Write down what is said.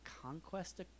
Conquest